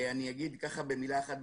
אגיד במילה אחת,